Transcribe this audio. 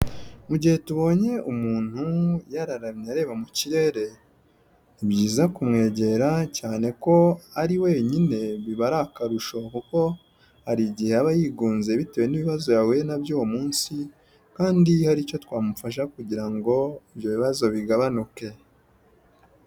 Mu gihe tubonye umuntu yararamye areba mu kirere, ni byiza kumwegera cyane ko ari wenyine biba ari akarusho kuko hari igihe aba yigunze bitewe n'ibibazo yahuye na byo uwo munsi kandi hari icyo twamufasha kugira ngo ibyo bibazo bigabanuke.